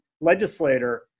legislator